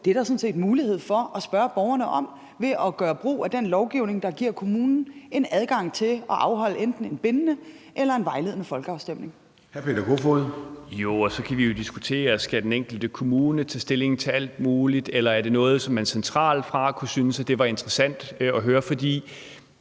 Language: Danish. måde, er der sådan set mulighed for at spørge borgerne om ved at gøre brug af den lovgivning, der giver kommunen en adgang til at afholde enten en bindende eller en vejledende folkeafstemning. Kl. 13:26 Formanden (Søren Gade): Hr. Peter Kofod. Kl. 13:26 Peter Kofod (DF): Jo, og så kan vi jo diskutere, om den enkelte kommune skal tage stilling til alt muligt, eller om det er noget, som man fra centralt hold kunne synes var interessant at høre. For